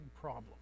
problem